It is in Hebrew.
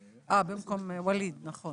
של הצעת תקנות הביטוח הלאומי (ילד נכה)